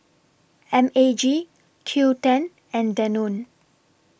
M A G Qoo ten and Danone